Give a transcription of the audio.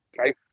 okay